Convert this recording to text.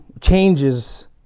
changes